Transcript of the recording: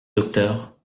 docteur